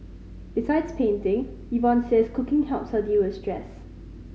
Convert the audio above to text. besides painting Yvonne says cooking helps her deal with stress